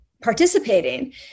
participating